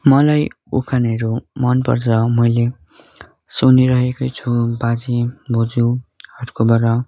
मलाई उखानहरू मन पर्छ मैले सुनिरहेकै छु बाजे बोजूहरूकोबाट